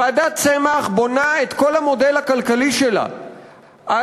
ועדת צמח בונה את כל המודל הכלכלי שלה על